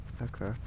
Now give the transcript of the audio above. Okay